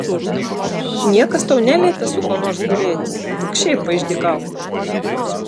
niekas tau neliepia su kuo nors gulėti tik šiaip paišdykauk